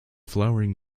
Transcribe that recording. flowering